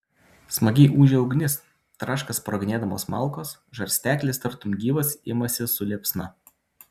smagiai ūžia ugnis traška sproginėdamos malkos žarsteklis tartum gyvas imasi su liepsna